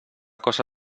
cosa